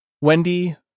Wendy